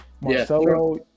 Marcelo